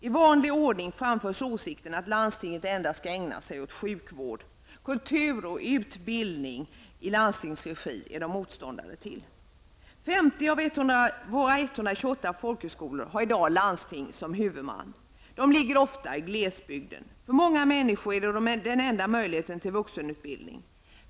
I vanlig ordning framförs åsikterna att landstingen endast bör syssla med sjukvård. Kultur och utbildning i landstingsregi är de motståndare till. 50 av våra 128 folkhögskolor har i dag landsting som huvudman. De ligger ofta i glesbygden. Förmånga människor är de den enda möjligheten till vuxenutbildning.